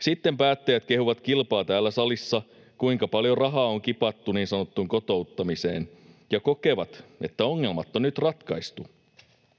Sitten päättäjät kehuvat kilpaa täällä salissa, kuinka paljon rahaa on kipattu niin sanottuun kotouttamiseen ja kokevat, että ongelmat on nyt ratkaistu.